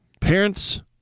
parents